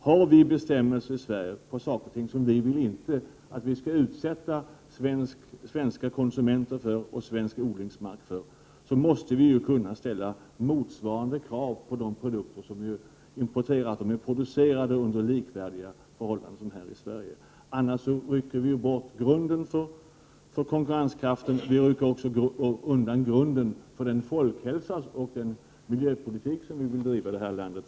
Har vi bestämmelser i Sverige om saker och ting som vi inte vill utsätta svenska konsumenter och svensk trädgårdsodlingsmark för, så måste vi ju kunna ställa motsvarande krav på de produkter som importeras —att de är producerade under förhållanden som är likvärdiga dem vi har här i Sverige. Annars rycker vi ju bort grunden för konkurrenskraften, och vi rycker också undan grunden för den folkhälsooch miljöpolitik som vi vill driva här i landet.